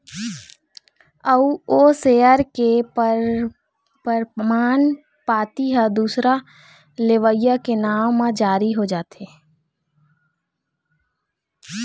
अउ ओ सेयर के परमान पाती ह दूसर लेवइया के नांव म जारी हो जाथे